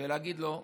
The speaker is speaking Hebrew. ויגיד לו: